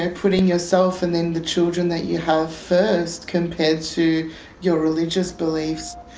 and putting yourself and then the children that you have first, compared to your religious beliefs.